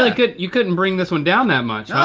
like ah you couldn't bring this one down that much, huh?